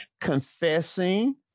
confessing